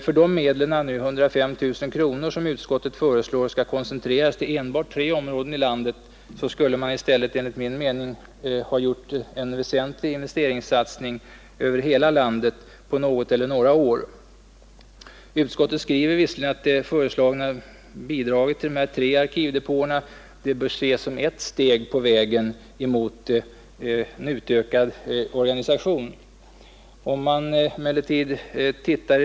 För de medel, 105 000 kronor, som utskottet nu föreslår skall koncentreras till enbart tre områden i landet, skulle i stället enligt min mening en väsentlig inventeringssatsning kunna göras över hela landet på något eller några år. Utskottet skriver visserligen att det föreslagna bidraget till de tre arkivdepåerna bör ses som ett steg på vägen mot en utökad organisation.